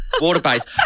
water-based